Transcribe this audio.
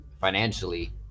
financially